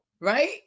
right